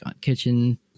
kitchen